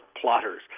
plotters